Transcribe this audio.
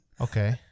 Okay